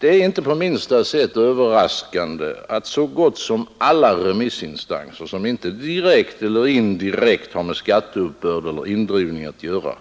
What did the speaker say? Det är inte på minsta sätt överraskande att så gott som alla remissinstanser, som inte direkt eller indirekt har med skatteuppbörden eller indrivningen att göra,